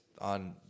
on